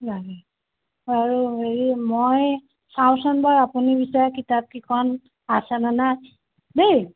লাগে আৰু হেৰি মই চাওঁচোন বাৰু আপুনি বিচৰা কিতাপকেইখন আছেনে নাই দেই